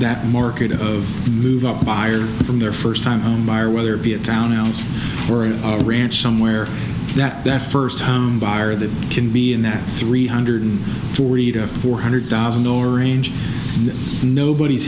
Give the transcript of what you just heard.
that market of move up buyers from their first time home buyer whether it be a townhouse for a ranch somewhere that that first time buyer that can be in that three hundred forty to four hundred thousand no arrange nobody's